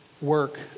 work